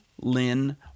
Lynn